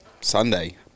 Sunday